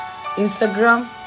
Instagram